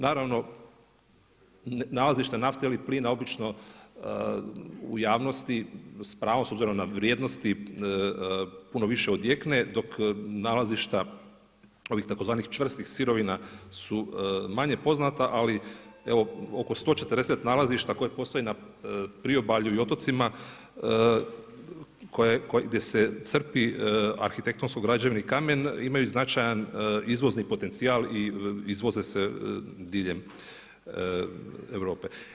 Naravno nalazište nafte ili plina obično u javnosti s pravom s obzirom na vrijednosti puno više odjekne dok nalazišta ovih tzv. čvrstih sirovina su manje poznata ali evo oko 140 nalazišta koja postoje na priobalju i otocima gdje se crpi arhitektonsko građevni kamen imaju značajan izvozni potencijal i izvoze se diljem Europe.